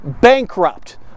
bankrupt